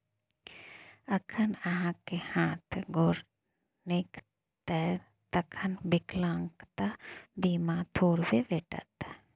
जखन अहाँक हाथ गोर नीक यै तखन विकलांगता बीमा थोड़बे भेटत?